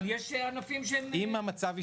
אבל יש ענפים ש --- אם המצב ישתנה.